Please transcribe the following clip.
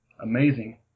Amazing